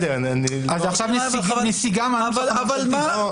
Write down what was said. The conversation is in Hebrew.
אז עכשיו נסיגה מהצעת חוק ממשלתית?